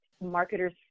marketers